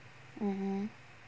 mmhmm